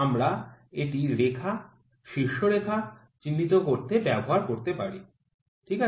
আমরা এটি রেখা শীর্ষ রেখা চিহ্নিত করতে ব্যবহার করতে পারি ঠিক আছে